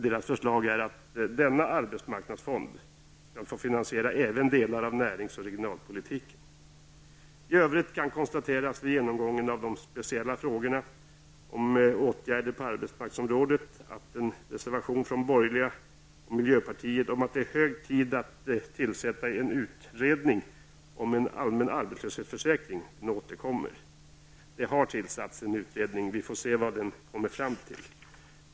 Deras förslag är ju att denna arbetsmarknadsfond skall få finansiera även delar av närings och regionalpolitiken. I övrigt kan det vid en genomgång av de speciella frågorna om åtgärder på arbetsmarknadsområdet konstateras att de borgerliga och miljöpartiet nu återkommer i en reservation och talar om att ''det är hög tid att tillsätta en utredning om en allmän arbetslöshetsförsäkring''. Men det har tillsatts en utredning. Vi får se vad den kommer fram till.